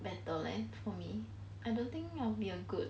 better leh for me I don't think I'll be a good